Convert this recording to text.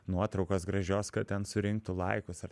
nuotraukos gražios kad ten surinktų laikus ar